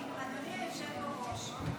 אדוני היושב-ראש,